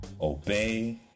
obey